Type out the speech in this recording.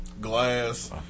glass